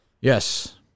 Yes